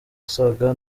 musaga